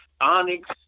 Onyx